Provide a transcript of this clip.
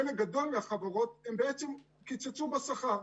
חלק גדול מהחברות בעצם קיצצו בשכר.